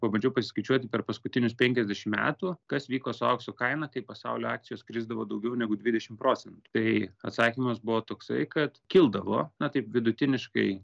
pabandžiau pasiskaičiuoti per paskutinius penkiasdešim metų kas vyko su aukso kaina tai pasaulio akcijos krisdavo daugiau negu dvidešim procentų tai atsakymas buvo toksai kad kildavo na taip vidutiniškai